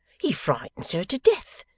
he frightens her to death,